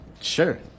Sure